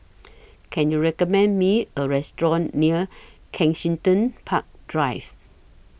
Can YOU recommend Me A Restaurant near Kensington Park Drive